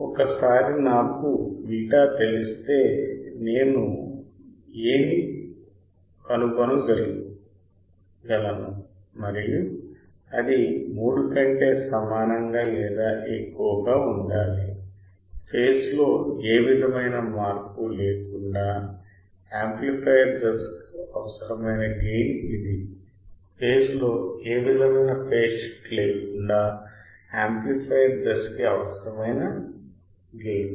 ఒకసారి నాకు β తెలిస్తే నేను A ని కనుగొనగలిగాను మరియు అది 3 కంటే సమానంగా లేదా ఎక్కువగా ఉండాలి ఫేజ్ లో ఏ విధమైన మార్పు లేకుండా యాంప్లిఫయర్ దశకు అవసరమైన గెయిన్ ఇది ఫేజ్ లో ఏ విధమైన ఫేజ్ షిఫ్ట్ లేకుండా యాంప్లిఫయర్ దశ కి అవసరమైన గెయిన్